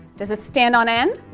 does it stand on end?